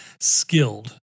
skilled